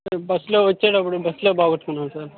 bus లో వచ్చేటప్పుడు bus లో పోగొట్టుకున్నాను సార్